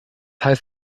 heißt